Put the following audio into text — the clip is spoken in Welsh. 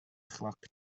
chloc